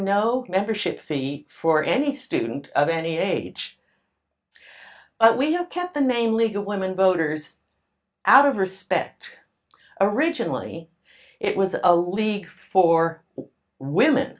no membership fee for any student of any age but we have kept the name league of women voters out of respect originally it was a league for women